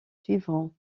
suivront